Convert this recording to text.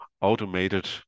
automated